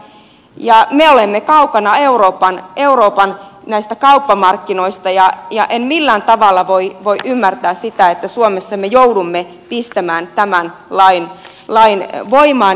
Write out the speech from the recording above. me olemme kaukana näistä euroopan kauppamarkkinoista ja en millään tavalla voi ymmärtää sitä että suomessa me joudumme pistämään tämän lain voimaan